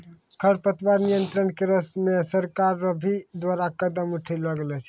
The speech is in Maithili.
खरपतवार नियंत्रण करे मे सरकार रो भी द्वारा कदम उठैलो गेलो छै